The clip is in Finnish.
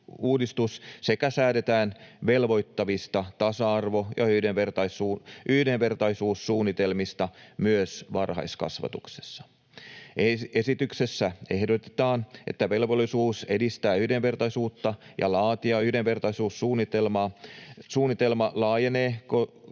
sekä säädetään velvoittavista tasa-arvo‑ ja yhdenvertaisuussuunnitelmista myös varhaiskasvatuksessa. Esityksessä ehdotetaan, että velvollisuus edistää yhdenvertaisuutta ja laatia yhdenvertaisuussuunnitelma laajenee koskemaan